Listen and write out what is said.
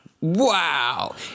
wow